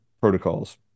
protocols